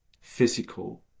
physical